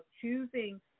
choosing